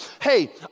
Hey